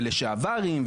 ולשעברים,